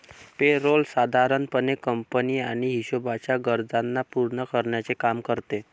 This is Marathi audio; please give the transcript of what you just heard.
पे रोल साधारण पणे कंपनी आणि हिशोबाच्या गरजांना पूर्ण करण्याचे काम करते